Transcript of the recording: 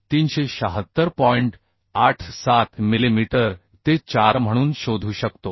87 millimetre ते 4 म्हणून शोधू शकतो